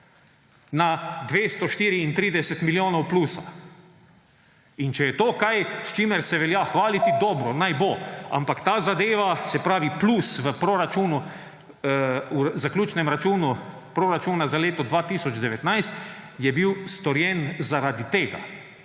na 234 milijonov plusa. In če je to kaj, s čimer se velja hvaliti, dobro, naj bo, ampak ta zadeva, se pravi plus v zaključnem računu proračuna za leto 2019 je bil storjen zaradi tega,